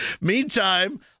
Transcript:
Meantime